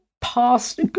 past